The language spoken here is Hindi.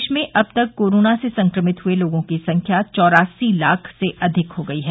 देश में अब तक कोरोना से संक्रमित हुए लोगों की संख्या चौरासी लाख से अधिक हो गई है